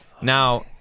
Now